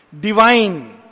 Divine